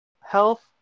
health